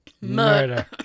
Murder